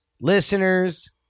Listeners